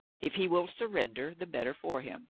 if he will surrender, the better for him.